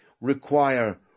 require